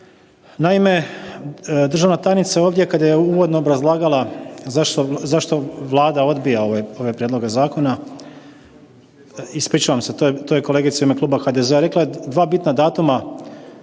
Naime, državna tajnica ovdje kad je uvodno obrazlagala zašto Vlada odbija ove prijedloge zakona, ispričavam se, to je kolegica u ime Kluba HDZ-a rekla je dva bitna datuma,